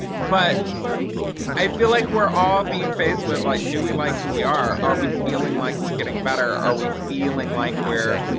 but i feel like we're all being faced with like do we like who we are? are we feeling like we're getting better, are we feeling like we're